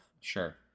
Sure